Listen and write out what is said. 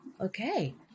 okay